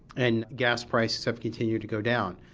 and gas prices have continued to go down.